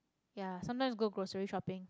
ya sometimes go grocery shopping